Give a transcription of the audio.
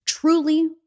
truly